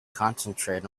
concentrate